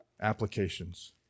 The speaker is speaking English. applications